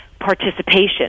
participation